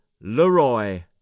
Leroy